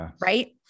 right